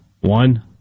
One